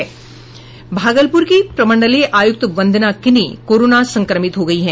भागलपुर की प्रमंडलीय आयुक्त वंदना किनी कोरोना संक्रमित हो गई हैं